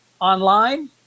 online